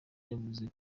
yavuze